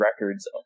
records